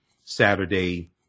Saturday